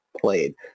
played